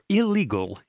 illegal